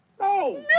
No